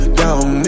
down